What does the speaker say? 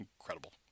incredible